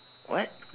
what